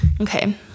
okay